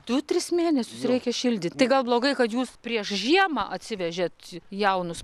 du tris mėnesius reikia šildyt tai gal blogai kad jūs prieš žiemą atsivežėt jaunus